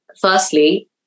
firstly